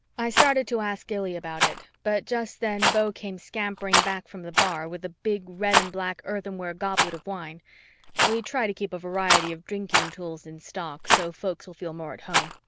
i started to ask illy about it, but just then beau came scampering back from the bar with a big red-and-black earthenware goblet of wine we try to keep a variety of drinking tools in stock so folks will feel more at home.